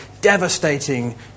devastating